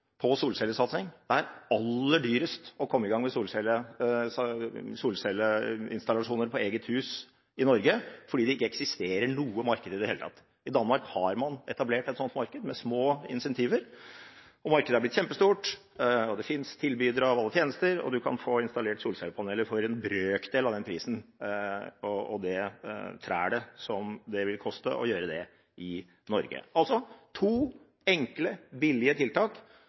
på solcellesatsing, det er aller dyrest å komme i gang med solcelleinstallasjoner på eget hus i Norge, fordi det ikke eksisterer noe marked i det hele tatt. I Danmark har man etablert et sånt marked med små incentiver, og markedet har blitt kjempestort. Det fins tilbydere av alle tjenester, og du kan få installert solcellepaneler for en brøkdel av den prisen og det trælet som det vil koste å gjøre det i Norge. Det er altså to enkle, billige tiltak